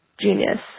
genius